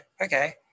okay